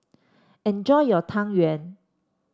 enjoy your Tang Yuen